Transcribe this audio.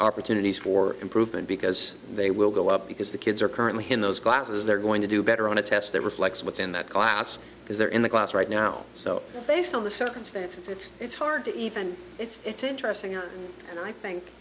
opportunities for improvement because they will go up because the kids are currently in those classes they're going to do better on a test that reflects what's in that class because they're in the class right now so based on the circumstances it's it's hard to even it's interesting and i think